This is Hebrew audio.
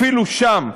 אפילו שם,